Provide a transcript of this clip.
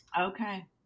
Okay